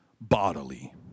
bodily